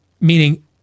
Meaning